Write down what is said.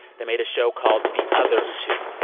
they made a show called the other two.